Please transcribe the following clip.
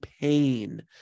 pain